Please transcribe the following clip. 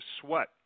sweat